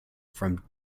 from